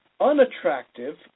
unattractive